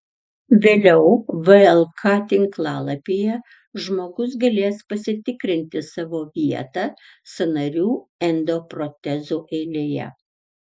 vėliau vlk tinklalapyje žmogus galės pasitikrinti savo vietą sąnarių endoprotezų eilėje